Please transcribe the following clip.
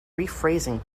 rephrasing